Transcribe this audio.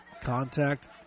Contact